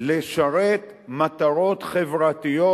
לשרת מטרות חברתיות,